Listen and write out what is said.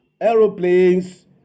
aeroplanes